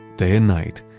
day and night.